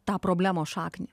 tą problemos šaknį